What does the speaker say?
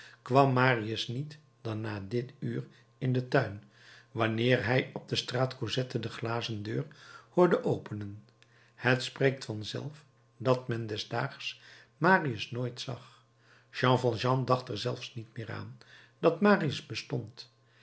kwam marius niet dan na dit uur in den tuin wanneer hij op de straat cosette de glazendeur hoorde openen het spreekt vanzelf dat men des daags marius nooit zag jean valjean dacht er zelfs niet meer aan dat marius bestond